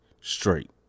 straight